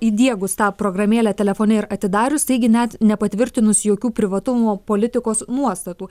įdiegus tą programėlę telefone ir atidarius taigi net nepatvirtinus jokių privatumo politikos nuostatų